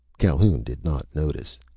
calhoun did not notice.